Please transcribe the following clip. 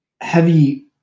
heavy